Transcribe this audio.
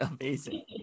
amazing